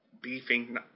beefing